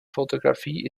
fotografie